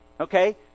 Okay